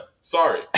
Sorry